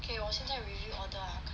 okay 我现在 review order ah